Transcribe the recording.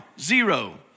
zero